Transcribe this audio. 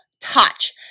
touch